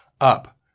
Up